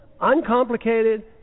uncomplicated